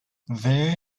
there